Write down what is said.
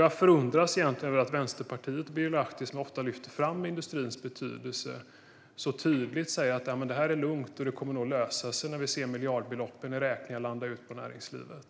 Jag förundrar mig egentligen över att Vänsterpartiet och Birger Lahti, som ofta lyfter fram industrins betydelse, så tydligt säger att detta är lugnt och att det nog kommer att lösa sig när vi ser miljardbeloppen i räkningar landa hos näringslivet.